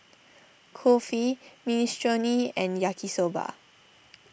Kulfi Minestrone and Yaki Soba